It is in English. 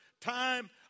time